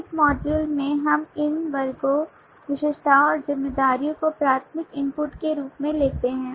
इस मॉड्यूल में हम इन वर्गों विशेषताओं और जिम्मेदारियों को प्राथमिक इनपुट के रूप में लेते हैं